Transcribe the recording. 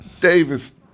Davis